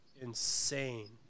insane